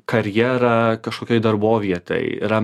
karjerą kažkokioj darbovietėj yra